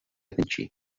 vinci